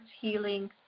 healing